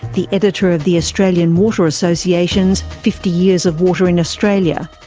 the editor of the australian water association's fifty years of water in australia.